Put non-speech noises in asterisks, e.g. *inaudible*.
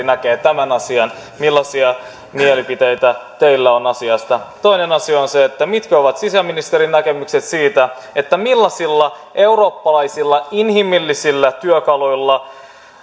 *unintelligible* näkee tämän asian millaisia mielipiteitä teillä on asiasta toinen asia on se mitkä ovat sisäministerin näkemykset siitä millaisilla eurooppalaisilla inhimillisillä työkaluilla